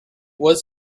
was